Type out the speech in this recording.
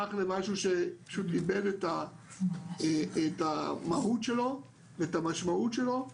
הפך למשהו שפשוט איבד את המהות שלו ואת המשמעות שלו.